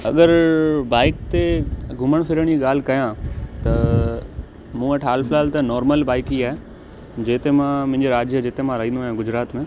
अगरि बाइक ते घुमण फ़िरण जी ॻाल्हि कयां त मूं वटि हाल फ़िलहालु त नॉर्मल बाइक ई आहे जिते मां मुंहिंजो राज्य जिते मां रहंदो आहियां गुजरात में